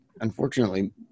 unfortunately